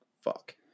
fuck